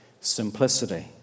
simplicity